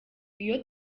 iyo